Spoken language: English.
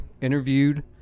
interviewed